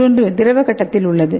மற்றொன்று திரவ கட்டத்தில் உள்ளது